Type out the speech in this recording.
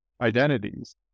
identities